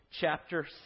Chapter